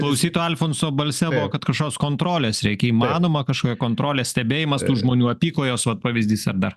klausyto alfonso balse kad kažkokios kontrolės reikia įmanoma kažkokia kontrolė stebėjimas tų žmonių apykojos vat pavyzdys ar dar